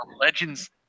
legends